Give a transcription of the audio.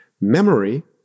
Memory